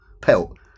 pelt